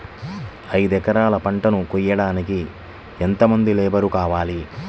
ఐదు ఎకరాల పంటను కోయడానికి యెంత మంది లేబరు కావాలి?